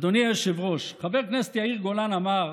אדוני היושב-ראש, חבר הכנסת יאיר גולן אמר,